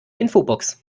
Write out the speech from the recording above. infobox